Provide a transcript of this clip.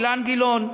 אילן גילאון,